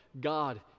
God